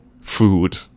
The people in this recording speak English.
food